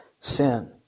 sin